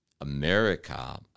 America